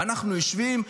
ואנחנו יושבים.